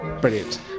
Brilliant